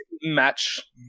match